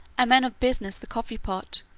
and men of business the coffee pot,